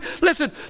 listen